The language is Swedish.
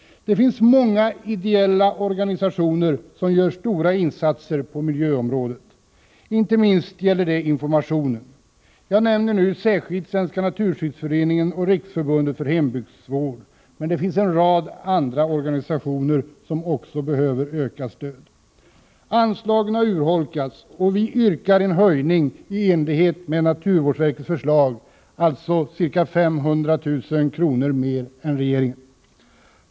Det finns många ideella organisationer som gör stora insatser på miljövårdsområdet. Inte minst gäller det informationen. Jag nämner nu särskilt Svenska naturskyddsföreningen och Riksförbundet för hembygdsvård, men även andra organisationer behöver ökat stöd. Anslagen har urholkats, och vi yrkar på en höjning i enlighet med naturvårdsverkets förslag, alltså ca 500 000 kr. mer än vad regeringen vill anslå.